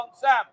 sam